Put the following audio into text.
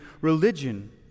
religion